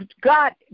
God